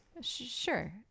Sure